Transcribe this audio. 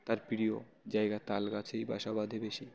তার প্রিয় জায়গা তাল গাছেই বাসা বাঁধে বেশি